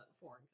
foreign